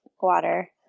water